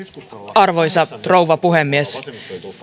arvoisa rouva puhemies